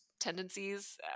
tendencies